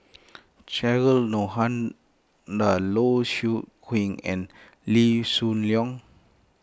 Cheryl Low Siew and Lee Shoo Leong